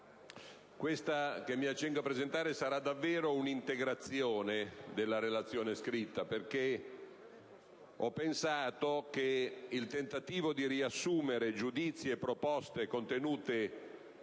quella che mi accingo a presentare sarà davvero un'integrazione della relazione scritta perché ho pensato che il tentativo di riassumere giudizi e proposte contenuti